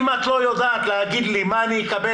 אם את לא יודעת להגיד לי מה אני אקבל